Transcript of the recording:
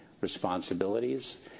responsibilities